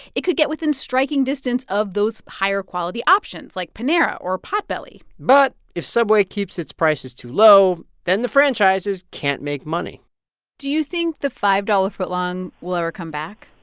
it could get within striking distance of those higher-quality options, like panera or potbelly but if subway keeps its prices too low, then the franchises can't make money do you think the five-dollar footlong will ever come back?